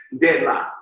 deadline